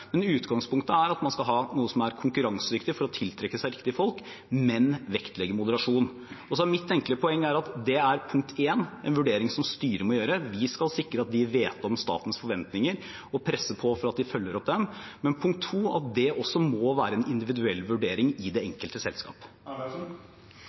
at man skal ha noe som er konkurransedyktig for å tiltrekke seg riktige folk, men vektlegge moderasjon. Mitt enkle poeng er at det er punkt én i en vurdering som styrer må gjøre. Vi skal sikre at de vet om statens forventninger, og presse på for at de følger dem opp. Men punkt to er at det også må være en individuell vurdering i det